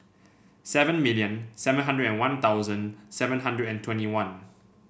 seven million seven hundred and One Thousand seven hundred and twenty one